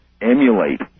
emulate